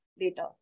later